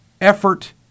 effort